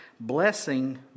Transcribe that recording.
Blessing